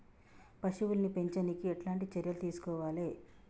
పశువుల్ని పెంచనీకి ఎట్లాంటి చర్యలు తీసుకోవాలే?